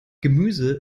gemüse